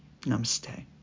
namaste